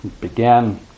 began